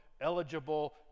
eligible